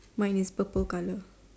mine is purple colour